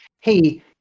hey